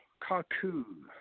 Kaku